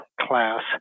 class